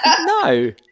No